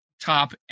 top